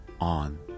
on